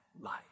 life